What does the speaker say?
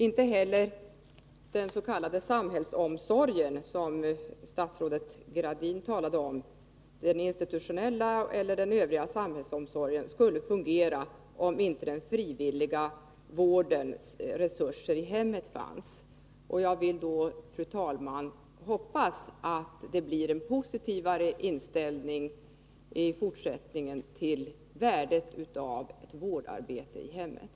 Inte heller den s.k. samhällsomsorgen, som statsrådet Gradin talade om, den institutionella eller övriga samhällsomsorgen, skulle fungera om inte den frivilliga vården i hemmet fanns som resurs. Jag vill, fru talman, hoppas att det blir en mer positiv inställning i fortsättningen till värdet av ett vårdarbete i hemmet.